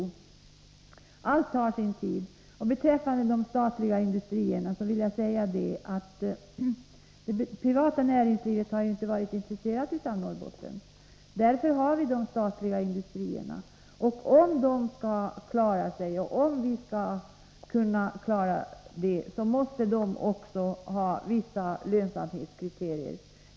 Allt tar sin tid. Beträffande de statliga industrierna vill jag säga att det privata näringslivet inte har varit intresserat av Norrbotten, och därför har vi de statliga industrierna. Om de skall klara sig måste de också ha vissa lönsamhetskriterier.